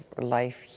life